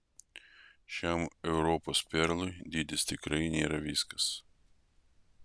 šiam europos perlui dydis tikrai nėra viskas